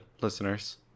listeners